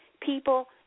people